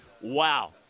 wow